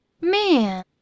man